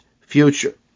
future